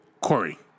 Corey